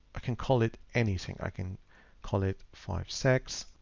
ah can call it anything i can call it five sex.